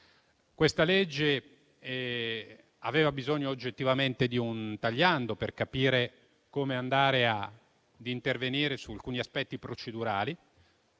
Questa legge aveva bisogno oggettivamente di un tagliando, per capire come intervenire su alcuni aspetti procedurali.